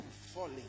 falling